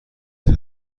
چطور